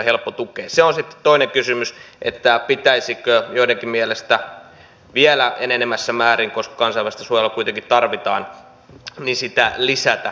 se on sitten toinen kysymys että pitäisikö joidenkin mielestä vielä enenevässä määrin koska kansainvälistä suojelua kuitenkin tarvitaan sitä lisätä